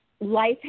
Life